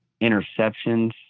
interceptions